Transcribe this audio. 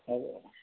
হ'ব অঁ